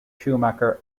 schumacher